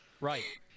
Right